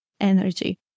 energy